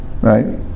Right